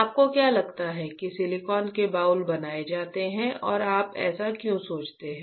आपको क्या लगता है कि सिलिकॉन के बाउल बनाए जाते हैं और आप ऐसा क्यों सोचते हैं